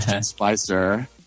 spicer